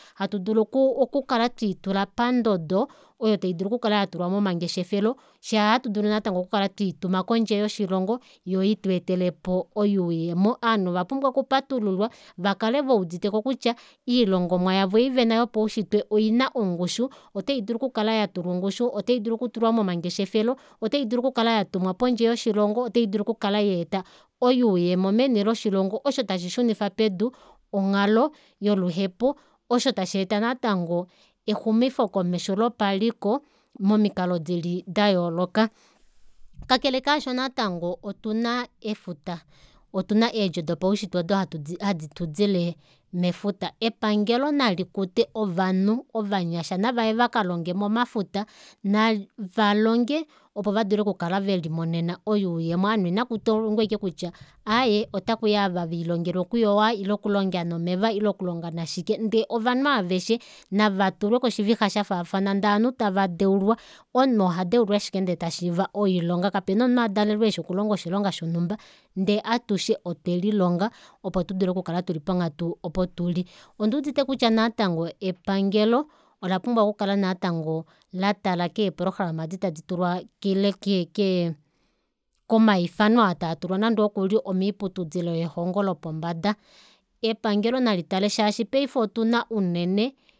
Hatudulu oku okukala tweitula pandodo oyo taidulu oku kala yatulwa momangeshefelo fyee ohatu dulu okukala natango kukala tweituma kondje yoshilongo yoo yitweetelepo oyuuyemo ovanhu ovapumbwa okupatululwa vakale veuditeko kutya oilongomwa yavo ei vena yopaushitwe oyina ongushu ota idulu okukala yatulwa ongushu ota idulu okutulwa momangeshefelo otaidulu okukala yatumwa pondje yoshilongo ota idulu okukala yeeta oyuuyemo meni loshilongo osho tashi shunifa pedu onghalo yoluhepo osho tasheeta natango exumifo komesho lopaliko momikalo dili dayooloka. Kakele kaasho natango otuna efuta, otuna eedjo dopaushitwe odo hadi tududile mefuta epangelo nalikute ovanhu ovanyasha navaye vakalonge momafuta navalonge opo vadule okukala velimonena oyuuyemo aanhu ina kutongwa ashike kutya aaye otakui ava velilongela okuyowa ile okulonga nomeva ile oku longa nashike ndee ovanhu aaveshe navatulwe koshivixa shafaafana ndee ovanhu tava deulwa omunhu ohadeulwa ashike ndee tashiiva oilonga kapena omunhu adalelwe eshi okulonga oshilonga shonumba ndee atushe otwe lilonga opo tudule oku kala tuli ponghatu opo tuli onduudite kutya natango epangelo olapumbwa okukala natango latala keeprograma edi edi tadi tulwa ile ke- ke komaifano aa tatulwa nande okuli omoiputudilo yelongo lopombada epangelo nalitale shaashi paife otuna unene.